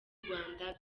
rwanda